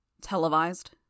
Televised